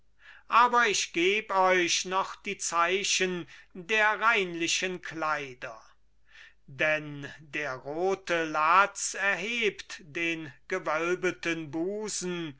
aber ich geb euch noch die zeichen der reinlichen kleider denn der rote latz erhebt den gewölbeten busen